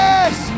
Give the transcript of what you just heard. Yes